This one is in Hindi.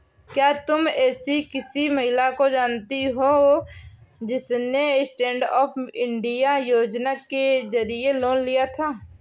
क्या तुम एसी किसी महिला को जानती हो जिसने स्टैन्डअप इंडिया योजना के जरिए लोन लिया था?